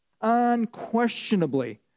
unquestionably